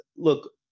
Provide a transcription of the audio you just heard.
look